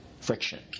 friction